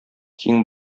киң